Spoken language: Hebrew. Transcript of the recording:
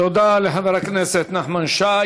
תודה לחבר הכנסת נחמן שי.